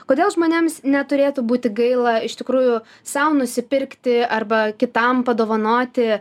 kodėl žmonėms neturėtų būti gaila iš tikrųjų sau nusipirkti arba kitam padovanoti